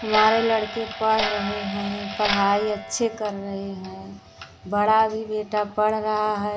हमारे लड़के पढ़ रहे हैं पढ़ाई अच्छे कर रहे हैं बड़ा भी बेटा पढ़ रहा है